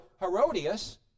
Herodias